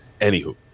Anywho